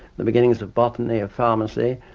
the beginnings of botany, of pharmacy,